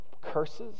curses